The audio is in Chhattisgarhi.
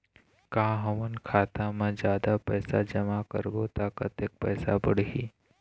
का हमन खाता मा जादा पैसा जमा करबो ता कतेक पैसा बढ़ही?